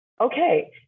Okay